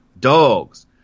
dogs